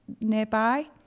nearby